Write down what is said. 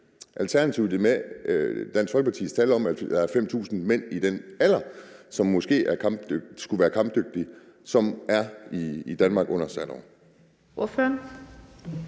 Alternativet det med Dansk Folkepartis tal om, at der er 5.000 mænd i den alder, hvor man skulle være kampdygtig, som er i Danmark under særloven?